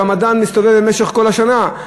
הרמדאן מסתובב במשך כל השנה.